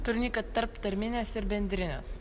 turi omeny kad tarp tarminės ir bendrinės